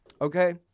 Okay